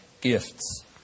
gifts